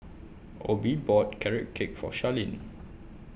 Obe bought Carrot Cake For Sharleen